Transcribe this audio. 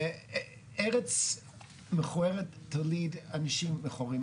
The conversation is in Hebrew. ארץ מכוערת תמיד אנשים מכוערים.